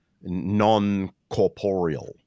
non-corporeal